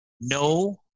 no